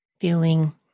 feeling